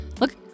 look